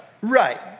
Right